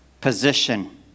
position